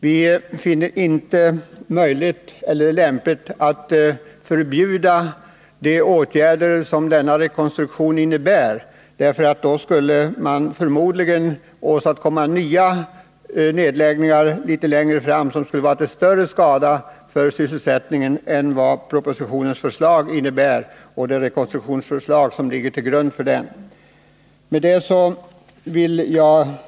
Vi finner det inte möjligt eller lämpligt att förbjuda de åtgärder som denna rekonstruktion innebär. Då skulle man förmodligen åstadkomma nya 9 nedläggningar litet längre fram, som skulle vara till skada för sysselsättningen. Propositionens förslag och det rekonstruktionsförslag som ligger till grund för det innebär enligt utskottets mening en god grund för en stabil utveckling för Vänerskog och därmed för att bevara så många arbetstillfällen som möjligt.